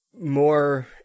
more